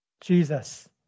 Jesus